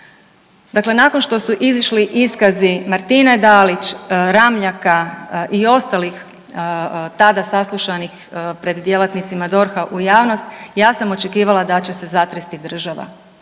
Dakle, nakon što su izišli iskazi Martine Dalić, Ramljaka i ostalih tada saslušanih pred djelatnicima DORH-a u javnost, ja sam očekivala da će se zatresti država